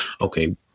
okay